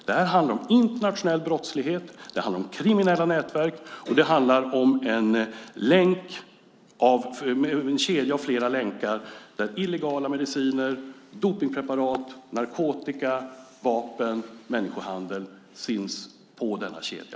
Detta handlar om internationell brottslighet, kriminella nätverk och en kedja med flera länkar. Illegala mediciner, dopningspreparat, narkotika, vapen och människohandel finns på denna kedja.